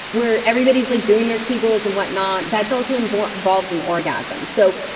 where everybody's like doing their kegels and whatnot. that's also involved involved in orgasm. so,